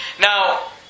Now